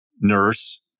nurse